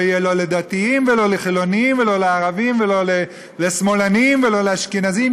לא יהיו לא לדתיים ולא לחילונים ולא לערבים ולא לשמאלנים ולא לאשכנזים,